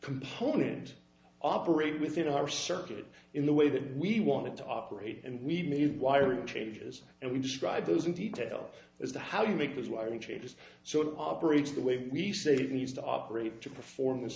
component operate within our circuit in the way that we want it to operate and we move wiring changes and we describe those in detail as to how you make those wiring changes so to operate the way we save needs to operate to perform this